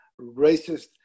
racist